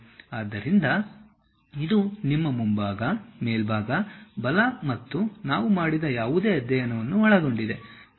ಆದ್ದರಿಂದ ಇದು ನಿಮ್ಮ ಮುಂಭಾಗ ಮೇಲ್ಭಾಗ ಬಲ ಮತ್ತು ನಾವು ಮಾಡಿದ ಯಾವುದೇ ಅಧ್ಯಯನವನ್ನು ಒಳಗೊಂಡಿದೆ